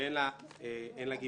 שאין לה גיבוי תקציבי.